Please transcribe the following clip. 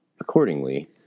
Accordingly